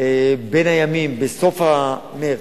בין הימים, בסוף מרס,